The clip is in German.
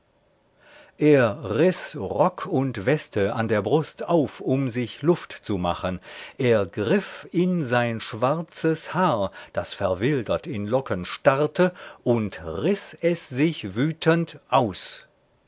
er riß rock und weste an der brust auf um sich luft zu machen er griff in sein schwarzes haar das verwildert in locken starrte und riß es sich wütend aus